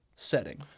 setting